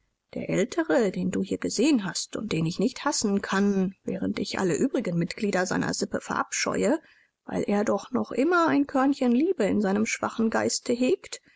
der ältere den du hier gesehen hast und den ich nicht hassen kann während ich alle übrigen mitglieder seiner sippe verabscheue weil er doch noch immer ein körnchen liebe in seinem schwachen geiste hegt